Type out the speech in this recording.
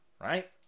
right